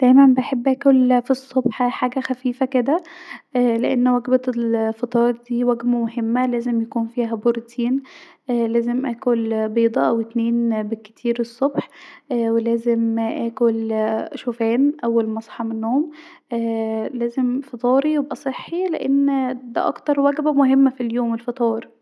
دايما بحب اكل في الصبح حاجه خفيفه كدا لأن وجبه الفطار دي وجبه مهمه لازم يكون فيها بروتين لازم اكل بيضه أو اتنين بالكتير الصبح ولازم اكل شوفان اول ما اصحي من النوم ااااا لازم فطاري يبقي صحي لأن دا اكتر وجبه مهمه في اليوم الفطار